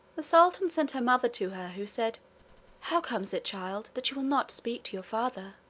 the sultan sent her mother to her, who said how comes it, child, that you will not speak to your father?